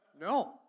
No